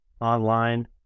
online